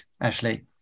Ashley